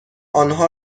آنها